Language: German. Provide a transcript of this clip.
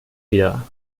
wieder